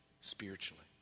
spiritually